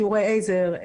שיעורי עזר,